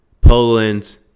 Poland